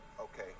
Okay